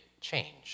change